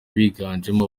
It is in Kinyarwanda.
biganjemo